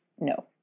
no